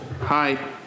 Hi